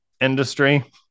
industry